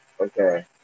okay